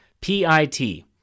P-I-T